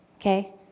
Okay